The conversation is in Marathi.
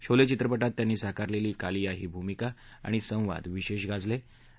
शोले चित्रपटात त्यांनी साकारलेली कालिया ही भूमिका आणि संवाद विशेष गाजले होते